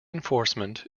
enforcement